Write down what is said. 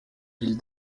ville